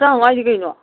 ꯇꯔꯥꯃꯉꯥ ꯍꯥꯏꯁꯦ ꯀꯩꯅꯣ